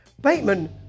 Bateman